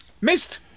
missed